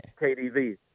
KDV